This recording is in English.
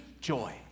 Joy